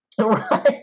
Right